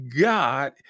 God